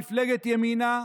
מפלגת ימינה,